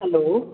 hello